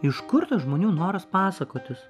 iš kur tas žmonių noras pasakotis